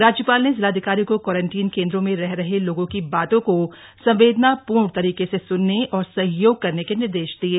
राज्यपाल ने जिलाधिकारी को क्वारंटीन केन्द्रों में रह रहे लोगों की बातों को संवेदनापूर्ण तरीके से सुनने और सहयोग करने के निर्देश दिये